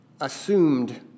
assumed